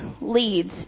leads